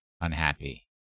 unhappy